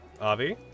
Avi